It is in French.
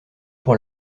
pour